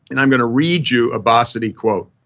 and i'm gonna read you a bossidy quote.